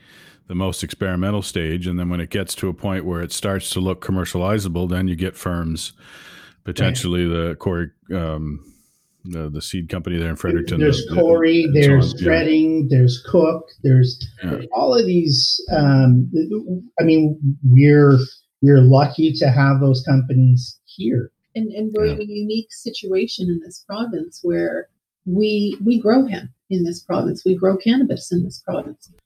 the most experimental stage, and then when it gets to a point where it starts to look commercializable, then you get firms, Right. potentially the Corey, um, the- the seed company there in There's- Fredericton, there's the- the- Corey, and so there's on, yeah. Skretting, there's Cooke, there's- Yeah. all of these, um, th- th- I mean, we're- we're lucky to have those companies here. And- and we're Yeah. in a unique situation in this province where we- we grow hemp in this province, we grow cannabis in this province.